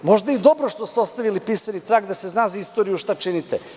Možda i dobro što ste ostavili pisani trag da se zna za istoriju šta činite.